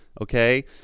okay